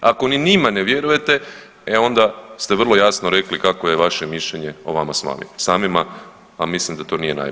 Ako ni njima ne vjerujete e onda ste vrlo jasno rekli kakvo je vaša mišljenje o vama samima a mislim da to nije najbolji.